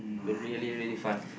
really really fun